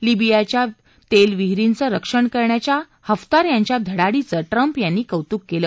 लिबियाच्या तेलविहीरीचं रक्षण करण्याच्या हफ्तार यांच्या धडपडीचं ट्रंप यांनी कौतूक केलं